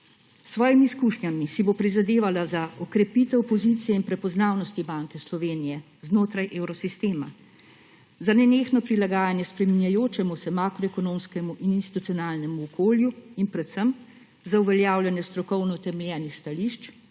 svojimi izkušnjami si bo prizadevala za okrepitev pozicije in prepoznavnosti Banke Slovenije znotraj evrosistema. Za nenehno prilagajanje spreminjajočemu se makroekonomskemu in institucionalnemu okolju in predvsem za uveljavljanje strokovno utemeljenih stališč,